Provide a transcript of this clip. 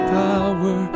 power